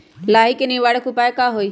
लाही के निवारक उपाय का होई?